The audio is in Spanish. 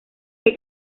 que